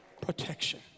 protection